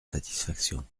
satisfaction